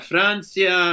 Francia